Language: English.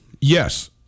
Yes